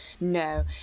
No